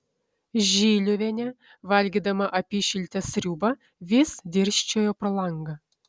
žiliuvienė valgydama apyšiltę sriubą vis dirsčiojo pro langą